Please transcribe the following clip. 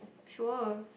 sure